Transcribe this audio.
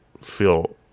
feel